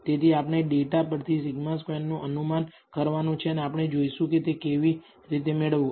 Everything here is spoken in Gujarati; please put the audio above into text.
તેથી આપણે ડેટા પરથી σ2 નું અનુમાન કરવાનું છે અને આપણે જોઇશું કે તે કેવી રીતે મેળવવું